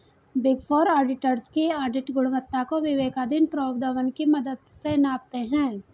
big four auditors की audit गुणवत्ता को विवेकाधीन प्रोद्भवन की मदद से मापते हैं